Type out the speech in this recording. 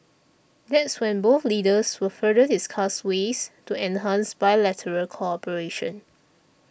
that's when both leaders will further discuss ways to enhance bilateral cooperation